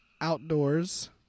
outdoors